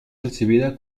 recibida